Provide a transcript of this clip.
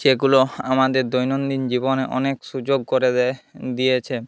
যেগুলো আমাদের দৈনন্দিন জীবনে অনেক সুযোগ করে দেয় দিয়েছে